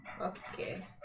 Okay